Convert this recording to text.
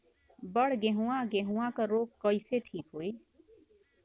बड गेहूँवा गेहूँवा क रोग कईसे ठीक होई?